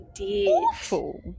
awful